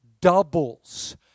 Doubles